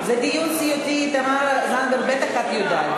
זה דיון סיעתי, תמר זנדברג, בטח את יודעת.